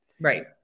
right